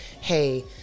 hey